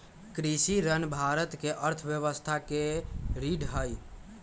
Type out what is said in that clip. कृषि ऋण भारत के अर्थव्यवस्था के रीढ़ हई